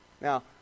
Now